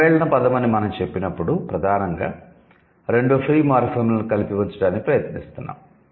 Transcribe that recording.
సమ్మేళనం పదo అని మనం చెప్పినప్పుడు ప్రధానంగా రెండు 'ఫ్రీ మార్ఫిమ్'లను కలిపి ఉంచడానికి ప్రయత్నిస్తున్నాము